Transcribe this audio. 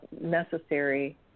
Necessary